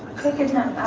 take your time.